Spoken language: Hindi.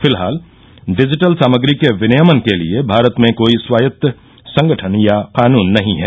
फिलहाल डिजिटल सामग्री के विनियमन के लिए भारत में कोई स्वायत्त संगठन या कानून नहीं है